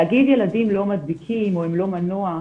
להגיד שילדים לא מדביקים או הם לא מנוע,